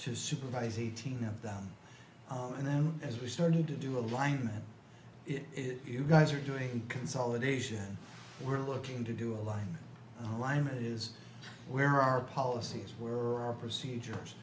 to supervise eighteen of them and then as we started to do align it you guys are doing consolidation we're looking to do a line alignment is where our policies were or procedures